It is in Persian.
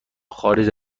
خارج